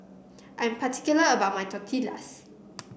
i am particular about my Tortillas